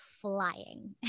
flying